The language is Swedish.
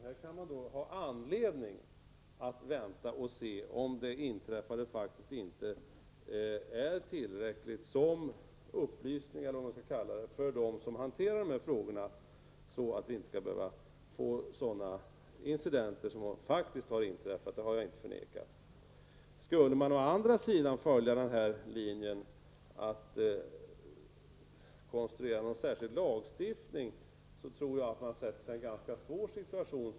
Därför finns det anledning att vänta och se om det inträffade faktiskt inte är tillräckligt som upplysning för dem som hanterar dessa frågor, så att vi inte skall behöva få fler incidenter av det slag som faktiskt har inträffat -- det har jag inte förnekat. Skulle man å andra sidan välja att införa en särskild lag tror jag att man försätter sig i en ganska svår situation.